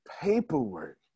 paperwork